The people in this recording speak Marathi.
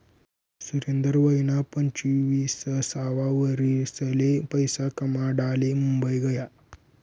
सुरेंदर वयना पंचवीससावा वरीसले पैसा कमाडाले मुंबई गया